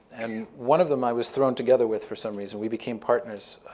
and one of them i was thrown together with for some reason. we became partners,